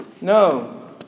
No